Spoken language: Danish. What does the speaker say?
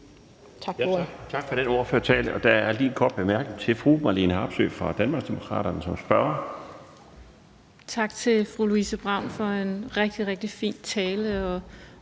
Tak for den ordførertale. Der er lige en kort bemærkning til fru Marlene Harpsøe fra Danmarksdemokraterne. Kl. 17:06 Marlene Harpsøe (DD): Tak til fru Louise Brown for en rigtig, rigtig fin tale